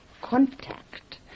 contact